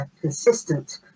consistent